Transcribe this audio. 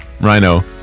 Rhino